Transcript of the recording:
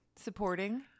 supporting